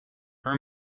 her